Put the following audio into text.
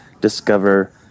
discover